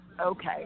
okay